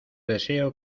deseo